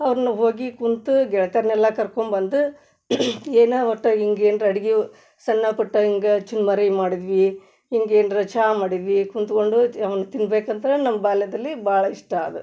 ಅವ್ರ್ನ ಹೋಗಿ ಕುಂತು ಗೆಳತಿಯರ್ನೆಲ್ಲ ಕರ್ಕೊಂಬಂದು ಏನು ಒಟ್ಟು ಹಿಂಗ್ ಏನರ ಅಡ್ಗಿವು ಸಣ್ಣಪುಟ್ಟ ಹಿಂಗ ಚುರ್ಮರಿ ಮಾಡಿದ್ವಿ ಹಿಂಗೆ ಏನರ ಚಾ ಮಾಡಿದ್ವಿ ಕೂತ್ಕೊಂಡು ಅವ್ನ ತಿನ್ಬೇಕಂತಲೇ ನಮ್ಮ ಬಾಲ್ಯದಲ್ಲಿ ಭಾಳ ಇಷ್ಟ ಅದು